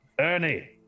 Ernie